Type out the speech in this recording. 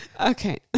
Okay